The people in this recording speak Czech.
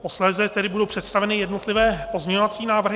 Posléze budou představeny jednotlivé pozměňovací návrhy.